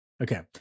Okay